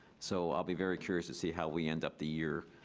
so i'll be very curious to see how we end up the year,